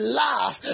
laugh